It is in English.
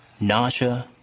nausea